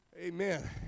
Amen